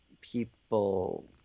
people